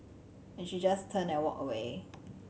and she just turned and walked away